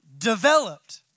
Developed